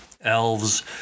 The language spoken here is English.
elves